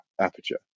aperture